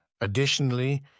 Additionally